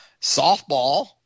softball